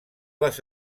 les